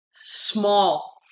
small